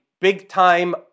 big-time